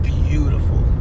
beautiful